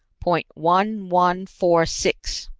point one one four six,